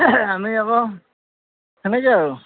আমি আকৌ তেনেকৈ আৰু